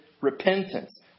repentance